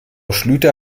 schlüter